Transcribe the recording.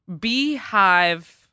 Beehive